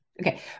okay